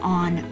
on